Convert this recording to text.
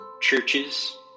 churches